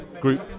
group